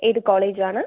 ഏത് കോളേജാണ്